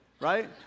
right